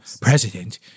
president